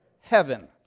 heaven